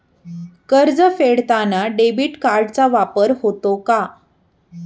कर्ज फेडताना डेबिट कार्डचा वापर होतो का?